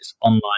online